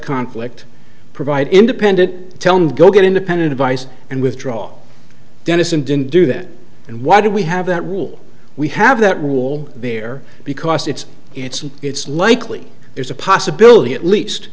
conflict provide independent tellme go get independent advice and withdraw dennison didn't do that and why do we have that rule we have that rule there because it's it's and it's likely there's a possibility at least